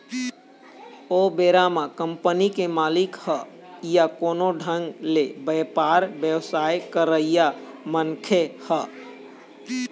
ओ बेरा म कंपनी के मालिक ह या कोनो ढंग ले बेपार बेवसाय करइया मनखे ह